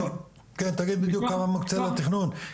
בדיוק כמה מוקצה לתכנון,